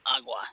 agua